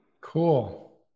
cool